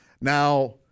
Now